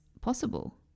possible